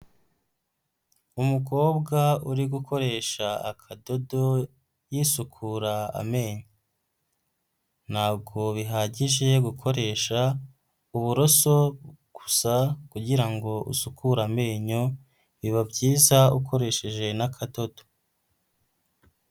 Umukobwa uri gukoresha akadodo yisukura amenyo, ntabwo bihagije gukoresha uburoso gusa kugira ngo usukure amenyo biba byiza ukoresheje n'akadodo.